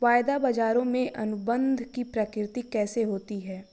वायदा बाजारों में अनुबंध की प्रकृति कैसी होती है?